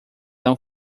não